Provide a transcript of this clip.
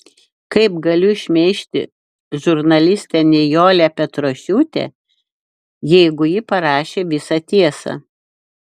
kaip galiu šmeižti žurnalistę nijolę petrošiūtę jeigu ji parašė visą tiesą